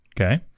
Okay